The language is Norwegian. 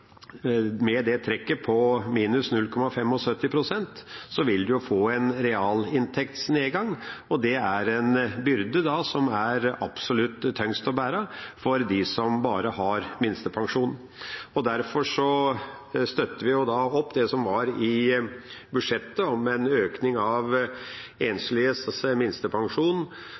med minus 0,75 pst., får en realinntektsnedgang. Det er en byrde som er absolutt tyngst å bære for dem som bare har minstepensjon. Derfor støtter vi det som var i budsjettet om en økning i enslige alderspensjonisters minstepensjon